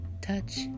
touch